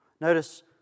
Notice